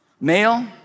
male